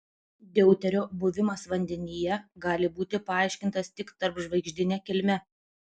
deuterio buvimas vandenyje gali būti paaiškintas tik tarpžvaigždine kilme